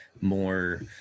more